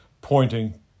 pointing